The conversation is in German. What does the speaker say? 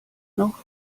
noch